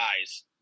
guys